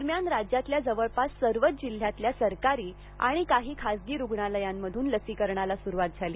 दरम्यान राज्यातल्या जवळपास सर्वच जिल्ह्यातल्या सरकारी आणि काही खासगी रुग्णालयामधून लसीकरणाला सुरुवात झाली